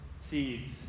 seeds